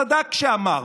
ראש הממשלה צדק כשאמר,